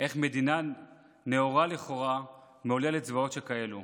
איך מדינה נאורה לכאורה מעוללת זוועות שכאלו.